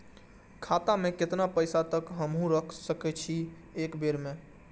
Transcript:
खाता में केतना पैसा तक हमू रख सकी छी एक बेर में?